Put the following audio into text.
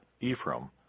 Ephraim